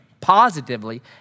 positively